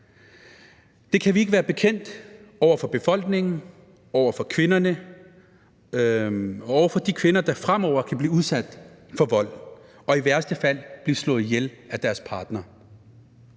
Det kan vi ikke være bekendt over for befolkningen og over for de kvinder, der fremover kan blive udsat for vold og i værste fald blive slået ihjel af deres partner.